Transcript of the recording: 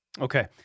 Okay